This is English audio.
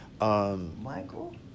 Michael